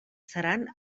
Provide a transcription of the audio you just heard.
seran